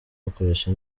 bakoresha